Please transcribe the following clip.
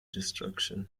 destruction